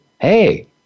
hey